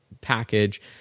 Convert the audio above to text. package